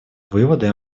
выводы